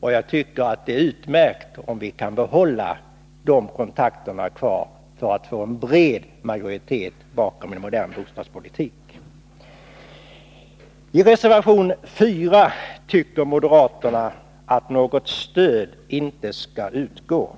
har utformats, och det vore utmärkt om vi kunde behålla de kontakterna, så att vi fick en bred majoritet bakom en modern bostadspolitik. I reservation 4 för moderaterna fram uppfattningen att något stöd inte skall utgå.